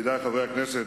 ידידי חברי הכנסת,